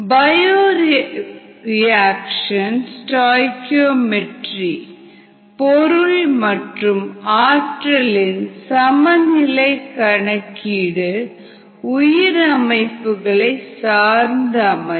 bioreaction stoichiometry பொருள் மற்றும் ஆற்றலின் சமநிலை கணக்கீடு உயிர் அமைப்புகளை சார்ந்து அமையும்